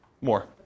More